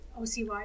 OCY